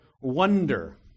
wonder